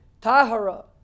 Tahara